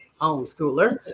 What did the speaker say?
homeschooler